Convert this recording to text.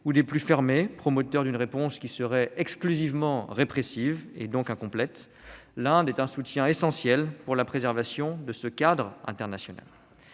et les plus fermés, promoteurs d'une réponse exclusivement répressive, donc incomplète, l'Inde est un soutien essentiel pour la préservation de ce cadre international.